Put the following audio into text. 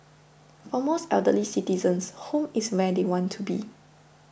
for most elderly citizens home is where they want to be